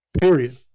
period